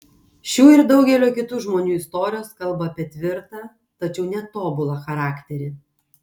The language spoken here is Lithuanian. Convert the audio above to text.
šių ir daugelio kitų žmonių istorijos kalba apie tvirtą tačiau netobulą charakterį